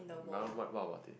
what what about it